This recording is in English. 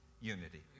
unity